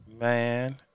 Man